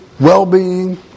well-being